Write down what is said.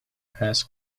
has